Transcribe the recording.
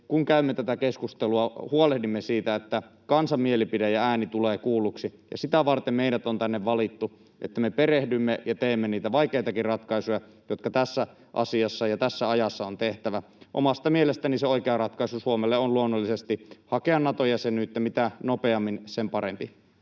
kun käymme tätä keskustelua, huolehdimme siitä, että kansan mielipide ja ääni tulee kuulluksi, ja sitä varten meidät on tänne valittu, että me perehdymme ja teemme niitä vaikeitakin ratkaisuja, jotka tässä asiassa ja tässä ajassa on tehtävä. Omasta mielestäni se oikea ratkaisu Suomelle on luonnollisesti hakea Nato-jäsenyyttä. Mitä nopeammin, sen parempi.